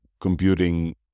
computing